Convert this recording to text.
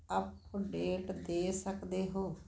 update ਦੇ ਸਕਦੇ ਹੋ